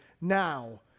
Now